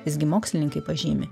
visgi mokslininkai pažymi